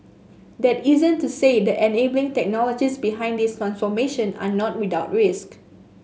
that isn't to say the enabling technologies behind this transformation are not without risk